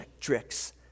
tricks